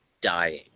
dying